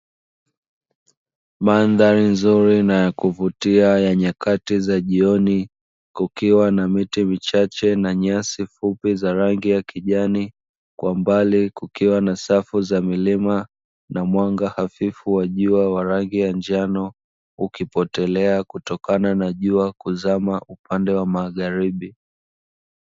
Mandhari nzuri na ya kuvutia ya nyakati za jioni kukiwa na miti michache na nyasi fupi za rangi ya kijani, kwa mbali kukiwa na safu za milima na mwanga hafifu wa jua wa rangi ya njano, ukipotelea kutokana na jua kuzama upande wa magharibi.